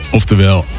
Oftewel